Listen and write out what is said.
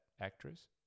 actress